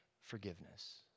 forgiveness